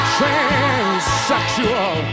Transsexual